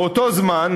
באותו זמן,